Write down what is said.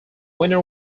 winter